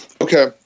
Okay